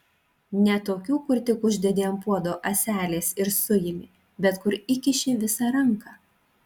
ne tokių kur tik uždedi ant puodo ąselės ir suimi bet kur įkiši visą ranką